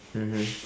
mmhmm